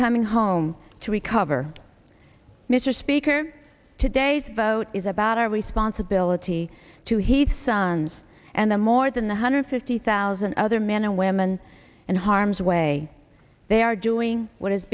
becoming home to recover mr speaker today's vote is about our responsibility to heath sons and the more than the hundred fifty thousand other men and women in harm's way they are doing what is